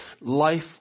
life